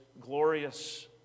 glorious